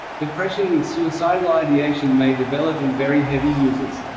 depression with suicidal ideation may develop in very heavy users.